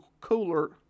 cooler